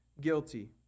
guilty